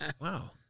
wow